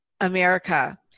America